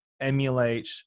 emulate